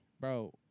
Bro